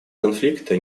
конфликта